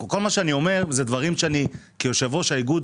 כל מה שאני אומר, אלה דברים שכיושב ראש האיגוד